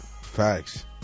Facts